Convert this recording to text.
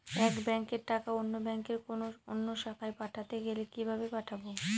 এক ব্যাংকের টাকা অন্য ব্যাংকের কোন অন্য শাখায় পাঠাতে গেলে কিভাবে পাঠাবো?